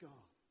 God